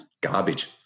garbage